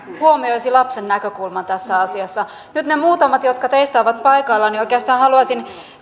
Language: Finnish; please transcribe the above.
huomioisi lapsen näkökulman tässä asiassa nyt teihin muutamaan jotka ovat paikalla oikeastaan haluaisin